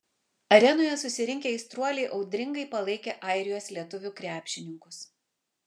arenoje susirinkę aistruoliai audringai palaikė airijos lietuvių krepšininkus